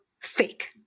fake